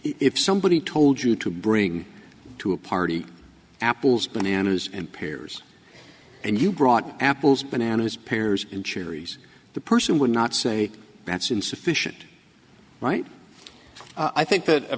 if somebody told you to bring two party apples bananas and piers and you brought apples bananas piers and cherries the person would not say that's insufficient right i think that